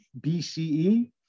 BCE